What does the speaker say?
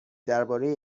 درباره